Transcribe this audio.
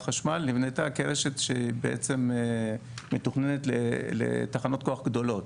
החשמל נבנתה כרשת שמתוכננת לתחנות כוח גדולות.